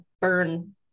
burn